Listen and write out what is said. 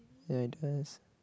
ya it does